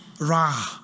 Ra